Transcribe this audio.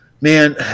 man